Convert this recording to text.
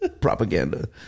propaganda